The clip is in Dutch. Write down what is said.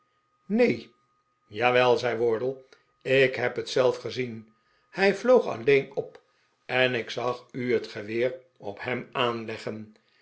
neen jawel zei wardle ik heb het zelf gezien hij vloog alleen op en ik zag u het geweer op hem aanleggen